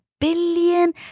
billion